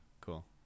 Cool